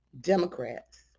Democrats